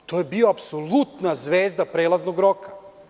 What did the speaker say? To je bila apsolutna zvezda prelaznog roka.